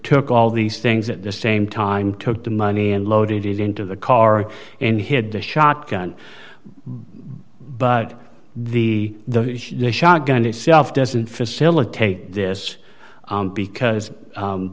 took all these things at the same time took the money and loaded it into the car and hid the shotgun but the shotgun itself doesn't facilitate this because